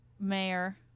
mayor